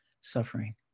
suffering